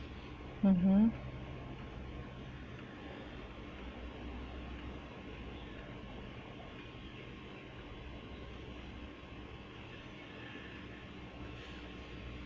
mmhmm